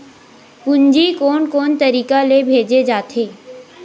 पूंजी कोन कोन तरीका ले भेजे जाथे?